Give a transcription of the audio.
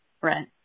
right